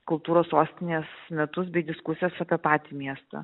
kultūros sostinės metus bei diskusijas apie patį miestą